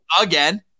again